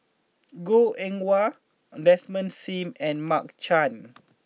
Goh Eng Wah Desmond Sim and Mark Chan